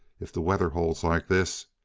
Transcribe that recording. if the weather holds like this.